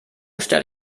stelle